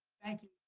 thank you.